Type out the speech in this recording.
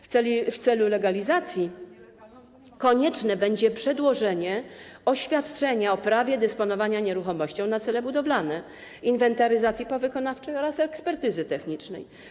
W celu legalizacji konieczne będzie przedłożenie oświadczenia o prawie dysponowania nieruchomością na cele budowlane, inwentaryzacji powykonawczej oraz ekspertyzy technicznej.